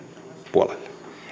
puolelle